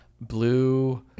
blue